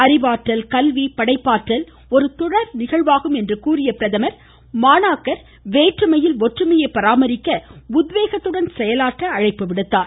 அறிவாற்றல் கல்வி படைப்பாற்றல் ஒரு தொடர் நிகழ்வாகும் என்று கூறிய மாணாக்கர் வேற்றுமையில் ஒற்றுமையை பராமரிக்க உத்வேகத்துடன் பிரதமர் செயலாற்ற அறிவுறுத்தினார்